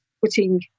putting